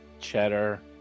cheddar